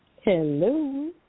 Hello